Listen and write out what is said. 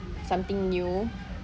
something new